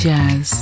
Jazz